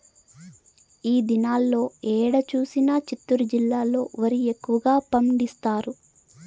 ఈ దినాల్లో ఏడ చూసినా చిత్తూరు జిల్లాలో వరి ఎక్కువగా పండిస్తారు